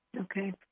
Okay